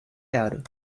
erde